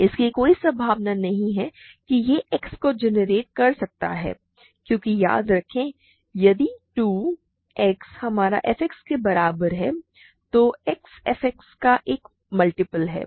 इसकी कोई संभावना नहीं है कि यह X को जेनेरेट कर सकता है क्योंकि याद रखें कि यदि 2X हमारा f X के बराबर है तो X fX का एक मल्टीपल है